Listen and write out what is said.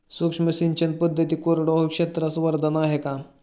सूक्ष्म सिंचन पद्धती कोरडवाहू क्षेत्रास वरदान आहे का?